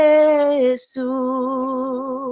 Jesus